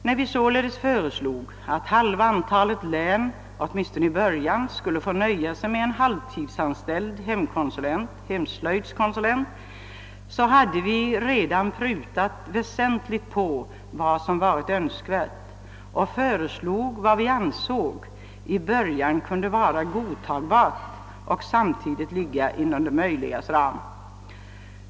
När vi således föreslog att halva antalet län åtminstone i början skulle få nöja sig med en halvtidsanställd hemslöjdskonsulent, så hade vi redan prutat väsentligt på vad som varit önskvärt och föreslog vad vi ansåg kunna vara godtagbart i början och samtidigt ligga inom det möjligas ram.